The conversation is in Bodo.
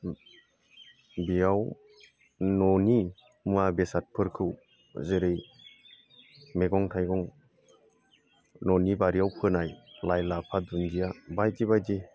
बेयाव न'नि मुवा बेसादफोरखौ जेरै मेगं थाइगं न'नि बारियाव फोनाय लाइ लाफा दुन्दिया बायदि बायदि